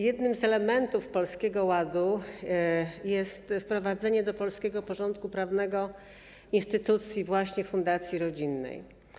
Jednym z elementów Polskiego Ładu jest wprowadzenie do polskiego porządku prawnego instytucji właśnie fundacji rodzinnej.